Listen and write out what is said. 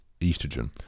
estrogen